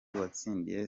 watsindiye